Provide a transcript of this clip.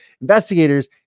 investigators